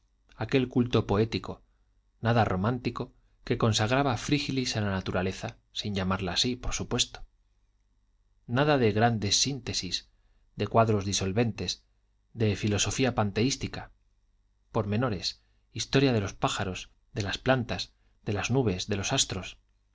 aquel culto poético nada romántico que consagraba frígilis a la naturaleza sin llamarla así por supuesto nada de grandes síntesis de cuadros disolventes de filosofía panteística pormenores historia de los pájaros de las plantas de las nubes de los astros